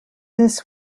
this